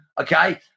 Okay